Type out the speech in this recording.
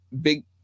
big